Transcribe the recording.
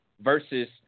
versus